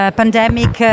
pandemic